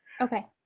Okay